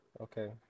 Okay